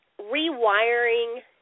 rewiring